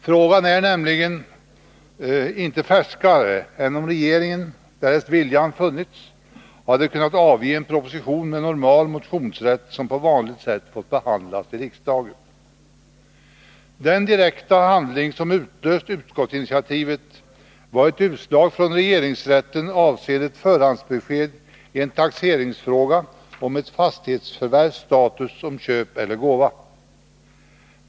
Frågan är nämligen inte färskare än att regeringen, om viljan funnits, hade kunnat avge en proposition med normal motionsrätt som på vanligt sätt fått behandlas i riksdagen. Den direkta handling som utlöst utskottsinitiativet var ett utslag från regeringsrätten avseende ett förhandsbesked i en taxeringsfråga om ett fastighetsförvärvs status som köp eller gåva.